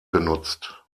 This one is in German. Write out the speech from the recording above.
genutzt